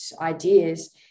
ideas